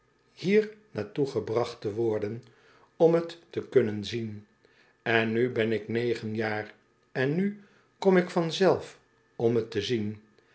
hier naar toe gebracht te worden om t te kunnen zien en nu ben ik negen jaar en nu kom ik vanzelf om t te zien